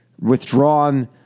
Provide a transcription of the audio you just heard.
withdrawn